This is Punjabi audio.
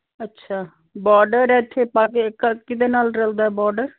ਅੱਛਾ ਬਾਰਡਰ ਇੱਥੇ ਪਾ ਕੇ ਕ ਕਿਹਦੇ ਨਾਲ ਰਲਦਾ ਬਾਰਡਰ